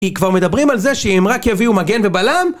היא כבר מדברים על זה שאם רק יביאו מגן ובלם?